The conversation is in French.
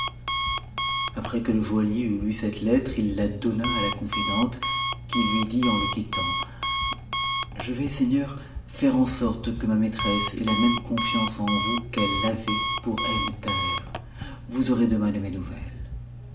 après que le joaillier eut lu cette lettre il la donna à la confidente qui lui dit en le quittant je vais seigneur faire en sorte que ma maîtresse ait la même confiance en vous qu'elle avait pour ebn thaher vous aurez demain de mes nouvettes